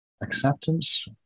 acceptance